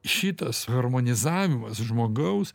šitas harmonizavimas žmogaus